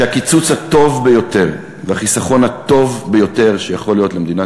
שהקיצוץ הטוב ביותר והחיסכון הטוב ביותר שיכול להיות למדינת